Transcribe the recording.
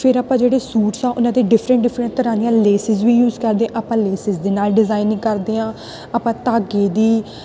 ਫਿਰ ਆਪਾਂ ਜਿਹੜੇ ਸੂਟਸ ਆ ਉਹਨਾਂ 'ਤੇ ਡਿਫਰੈਂਟ ਡਿਫਰੈਂਟ ਤਰ੍ਹਾਂ ਦੀਆਂ ਲੇਸਿਸ ਵੀ ਯੂਜ ਕਰਦੇ ਆਪਾਂ ਲੇਸਿਸ ਦੇ ਨਾਲ ਡਿਜ਼ਾਇਨਿੰਗ ਕਰਦੇ ਹਾਂ ਆਪਾਂ ਧਾਗੇ ਦੀ